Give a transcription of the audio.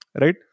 Right